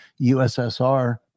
ussr